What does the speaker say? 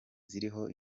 ziriho